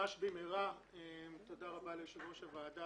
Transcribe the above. תודה רבה ליושב-ראש הוועדה